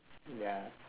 ya